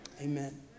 Amen